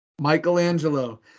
michelangelo